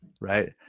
right